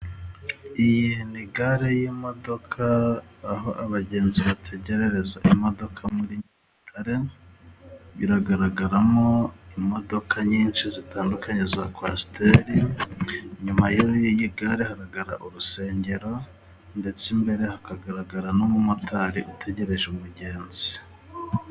Iyi ni gare y'imodoka, aho abagenzi bategererereza imodoka muri iyi gare iragaragaramo imodoka nyinshi zitandukanye za kwasiteri, inyuma y'iyi gare hagaragara urusengero ndetse imbere hakagaragara n'umumotari utegereje umugenzi.